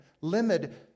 limited